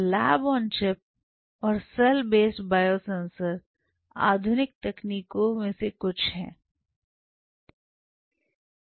lab on chip और cell based biosensor आधुनिक तकनीकों से कुछ है